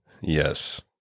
Yes